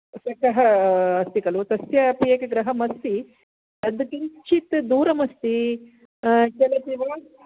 सखः अस्ति खलु तस्य अपि एकं गृहम् अस्ति तद् किञ्चित् दूरम् अस्ति चलति वा